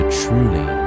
truly